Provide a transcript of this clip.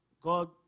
God